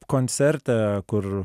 koncerte kur